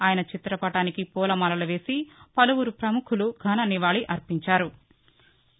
ఆయన చిత పటానికి పూల మాలలు వేసి పలువురు ప్రపముఖులు ఘన నివాళి అర్పించారు